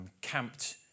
camped